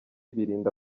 birinda